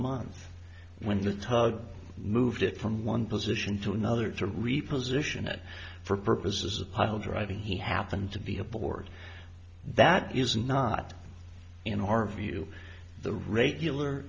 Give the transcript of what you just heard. month when the tug moved it from one position to another to reposition it for purposes of pile driving he happened to be aboard that is not in our view the regular